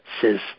says